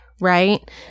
right